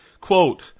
Quote